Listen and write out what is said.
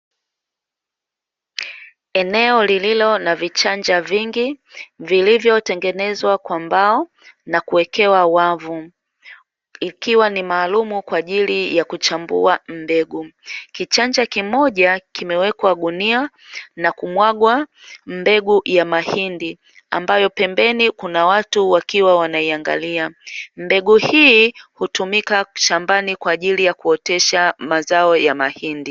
Eneo lililo na vichanja vingi vilivyo tengenezwa kwa mbao na kuwekewa wavu, ikiwa ni maalumu kwaajili ya kuchambua mbegu. Kichanja kimoja kimewekwa gunia na kumwagwa mbegu ya mahindi ambayo pembeni kuna watu wanaiangalia. Mbegu hii hutumika shambani kwa ajili ya kuotesha mazao ya mahindi.